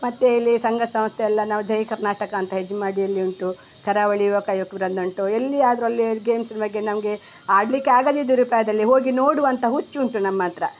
ಮತ್ತು ಇಲ್ಲಿ ಸಂಘ ಸಂಸ್ಥೆ ಎಲ್ಲ ನಾವು ಜೈ ಕರ್ನಾಟಕ ಅಂತ ಹೆಜಮಾಡಿಯಲ್ಲಿ ಉಂಟು ಕರಾವಳಿ ಯುವಕ ಯುವ್ಕ ವೃಂದ ಉಂಟು ಎಲ್ಲಿಯಾದ್ರೂ ಅಲ್ಲಿ ಗೇಮ್ಸ್ ಬಗ್ಗೆ ನಮಗೆ ಆಡಲಿಕ್ಕೆ ಆಗದಿದ್ದರೂ ಪ್ರಾಯದಲ್ಲಿ ಹೋಗಿ ನೋಡುವಂಥ ಹುಚ್ಚು ಉಂಟು ನಮ್ಮ ಹತ್ತಿರ